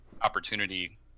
opportunity